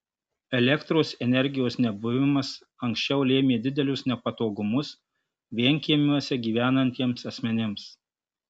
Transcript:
elektros energijos nebuvimas anksčiau lėmė didelius nepatogumus vienkiemiuose gyvenantiems asmenims